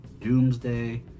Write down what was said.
Doomsday